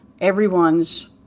everyone's